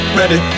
ready